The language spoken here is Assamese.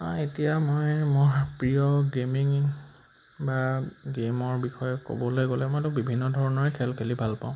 এতিয়া মই মোৰ প্ৰিয় গেমিং বা গে'মৰ বিষয়ে ক'বলৈ গ'লে মইতো বিভিন্ন ধৰণৰে খেল খেলি ভাল পাওঁ